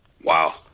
Wow